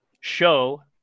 show